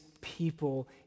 people